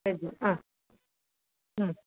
veg ആ